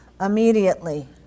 immediately